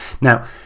Now